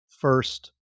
first